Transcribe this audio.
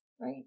Right